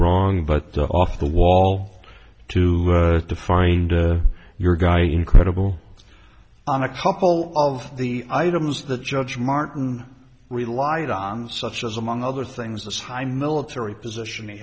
wrong but the off the wall too to find your guy credible on a couple of the items that judge martin relied on such as among other things this high military position he